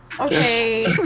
Okay